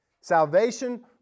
Salvation